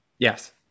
Yes